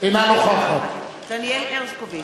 אינה נוכחת דניאל הרשקוביץ,